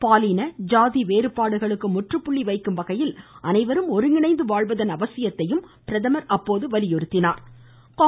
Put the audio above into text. பாலின ஜாதி வேறுபாடுகளுக்கு முற்றுப்புள்ளி வைக்கும்வகையில் அனைவரும் ஒருங்கிணைந்து வாழ்வதன் அவசியத்தை பிரதமர் வலியுறுத்தினார்